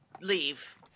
leave